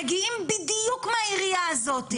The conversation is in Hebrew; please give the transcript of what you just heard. מגיעים בדיוק מהעירייה הזאת.